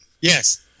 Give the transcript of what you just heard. yes